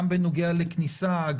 גם בנוגע לכניסה,